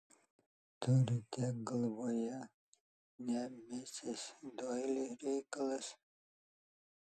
turite galvoje ne misis doili reikalas